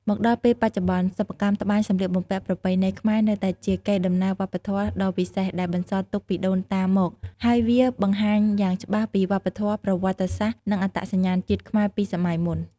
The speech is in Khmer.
មកដល់ពេលបច្ចុប្បន្ន សិប្បកម្មត្បាញសម្លៀកបំពាក់ប្រពៃណីខ្មែរ នៅតែជាកេរដំណែលវប្បធម៌ដ៏វិសេសដែលបន្សល់ទុកពីដូនតាមកហើយវាបង្ហាញយ៉ាងច្បាស់ពីវប្បធម៌ ប្រវត្តិសាស្ត្រ និងអត្តសញ្ញាណជាតិខ្មែរពីសម័យមុន។